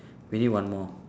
we need one more